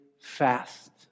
fast